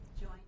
Join